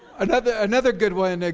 another another good one. and like